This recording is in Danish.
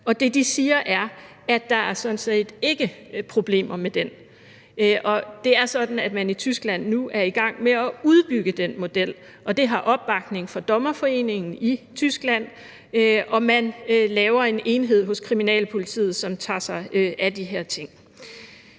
Det, de siger, er, at der sådan set ikke er problemer med den. Det er sådan, at man i Tyskland nu er i gang med at udbygge den model, og det har opbakning fra dommerforeningen i Tyskland, og man laver en enhed hos kriminalpolitiet, som tager sig af de her ting.